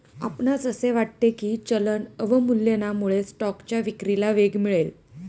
आपणास असे वाटते की चलन अवमूल्यनामुळे स्टॉकच्या विक्रीला वेग मिळेल?